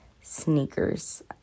sneakers